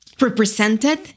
represented